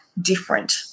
different